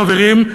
חברים,